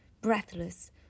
breathless